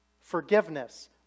Forgiveness